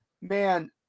man